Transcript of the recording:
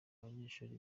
abanyeshuri